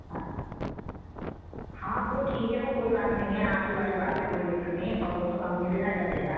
अच्छा हाँ वो ठीक है वो कोई बात नहीं है आपसी वाली बात है कोई दिक्कत नहीं है सौ दो सौ कम दे देना चलेगा